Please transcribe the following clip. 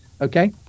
Okay